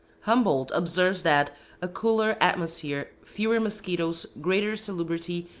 humboldt observes that a cooler atmosphere, fewer musquitoes, greater salubrity,